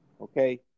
Okay